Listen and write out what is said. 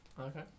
Okay